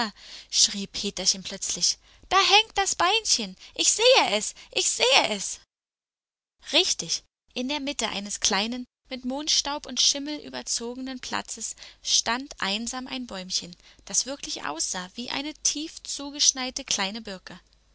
schrie peterchen plötzlich da hängt das beinchen ich sehe es ich sehe es richtig in der mitte eines kleinen mit mondstaub und schimmel überzogenen platzes stand einsam ein bäumchen das wirklich aussah wie eine tief zugeschneite kleine birke